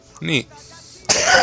Neat